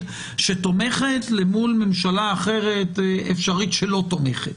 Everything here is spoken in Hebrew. שתומכת למול ממשלה אחרת אפשרית שלא תומכת.